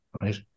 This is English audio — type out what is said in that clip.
right